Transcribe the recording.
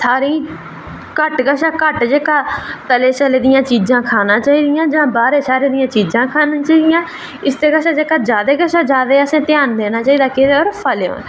सारें गी घट्ट कशा घट्ट जेह्का तले दियां चीज़ां खाना चाही दियां जां बाह्रै दियां खाना चाही दियां इसदे कशा असें जादै कोला जादै ध्यान देना चाही दा फलें पर